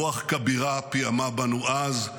רוח כבירה פיעמה בנו אז,